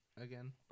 again